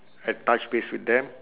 and touch base with them